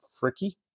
Fricky